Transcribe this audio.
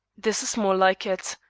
this is more like it.